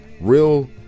Real